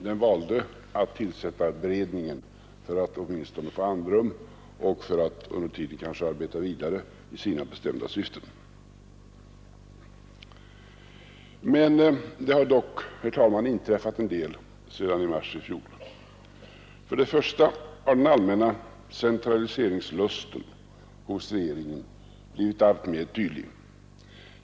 Den valde att tillsätta beredningen för att åtminstone få andrum och för att under tiden kanske arbeta vidare i sina bestämda syften. Det har dock, herr talman, inträffat en del sedan i mars i fjol. Först och främst har den allmänna centraliseringslusten hos regeringen blivit alltmer tydlig.